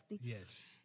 Yes